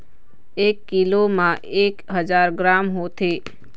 एक कीलो म एक हजार ग्राम होथे